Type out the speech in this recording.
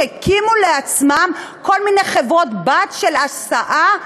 שהקימו לעצמם כל מיני חברות-בנות של הסעה,